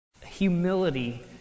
humility